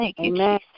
Amen